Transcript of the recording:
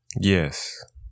yes